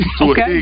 Okay